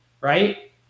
right